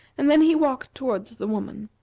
and then he walked toward the woman.